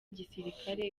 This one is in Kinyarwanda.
igisirikare